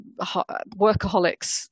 workaholics